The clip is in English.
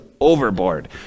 overboard